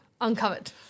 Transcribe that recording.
uncovered